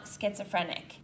schizophrenic